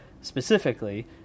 specifically